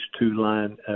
two-line